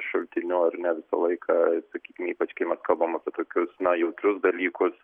šaltiniu ar ne visą laiką sakykim ypač kai mes kalbam apie tokius jautrius dalykus